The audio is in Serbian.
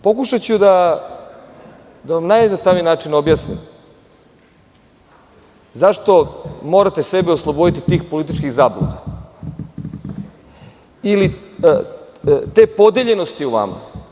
Pokušaću da vam na najjednostavniji način objasnim zašto morate sebe osloboditi tih političkih zabluda ili te podeljenosti u vama.